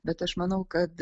bet aš manau kad